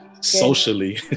socially